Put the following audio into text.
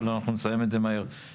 אבל אנחנו נסיים את זה מהר.